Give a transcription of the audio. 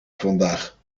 vandaag